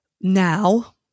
now